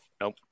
Nope